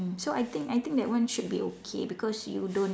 so I think I think that should be okay cause you don't